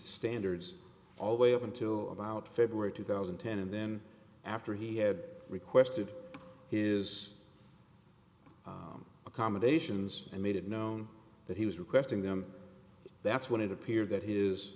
standards all way up until about february two thousand and ten and then after he had requested is accommodations and made it known that he was requesting them that's when it appeared that his